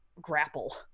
grapple